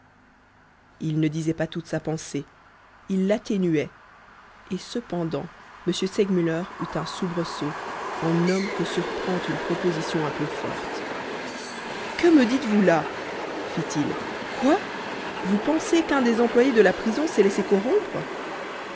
il ne disait pas toute sa pensée il l'atténuait et cependant m segmuller eut un soubresaut en homme que surprend une proposition un peu forte que me dites-vous là fit-il quoi vous pensez qu'un des employés de la prison s'est laissé corrompre